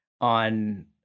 on